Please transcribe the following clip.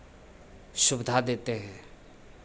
सुविधा देते हैं